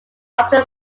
often